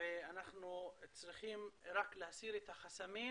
ואנחנו צריכים רק להסיר את החסמים,